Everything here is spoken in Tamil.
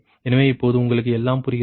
எனவே இப்போது உங்களுக்கு எல்லாம் புரிகிறது